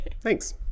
Thanks